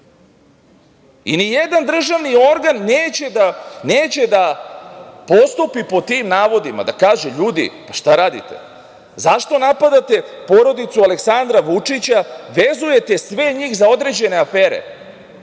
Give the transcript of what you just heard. nijedan državni organ neće da postupi po tim navodima i da kaže, ljudi, šta radite, zašto napadate porodicu Aleksandra Vučića, vezujete sve njih za određene